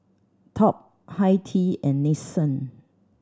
Top Hi Tea and Nixon